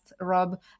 Rob